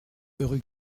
rue